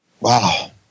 Wow